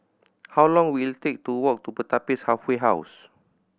how long will it take to walk to Pertapis Halfway House